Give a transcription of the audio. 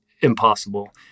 impossible